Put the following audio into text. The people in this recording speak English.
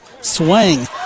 swing